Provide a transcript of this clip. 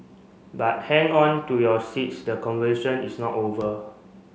but hang on to your seats the confusion is not over